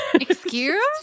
Excuse